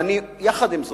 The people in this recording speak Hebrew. ועם זה